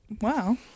wow